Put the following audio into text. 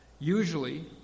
Usually